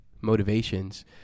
motivations